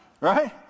Right